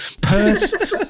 Perth